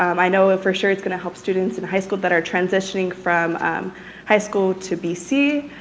um i know ah for sure it's going to help students in high school that are transitioning from high school to bc,